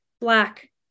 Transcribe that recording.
black